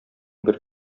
бер